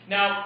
Now